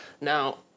Now